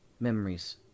Memories